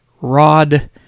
Rod